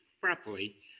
properly